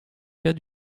cas